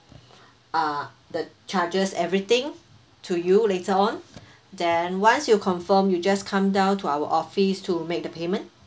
uh the charges everything to you later on then once you confirm you just come down to our office to make the payment